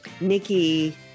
Nikki